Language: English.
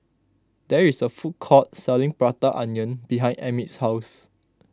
there is a food court selling Prata Onion behind Emit's house